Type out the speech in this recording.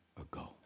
ago